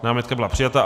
Námitka byla přijata.